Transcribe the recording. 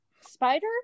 spider